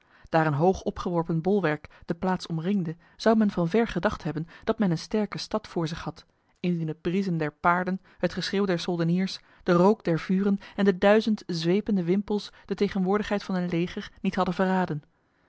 daar een hoog opgeworpen bolwerk de plaats omringde zou men van ver gedacht hebben dat men een sterke stad voor zich had indien het briesen der paarden het geschreeuw der soldeniers de rook der vuren en de duizend zwepende wimpels de tegenwoordigheid van een leger niet hadden verraden